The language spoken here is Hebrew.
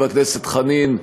חבר הכנסת חנין,